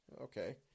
Okay